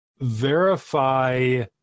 Verify